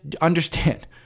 understand